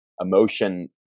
emotion